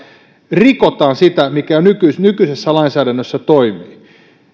rikotaan sitä mikä nykyisessä lainsäädännössä toimii